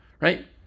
right